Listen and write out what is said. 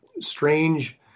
strange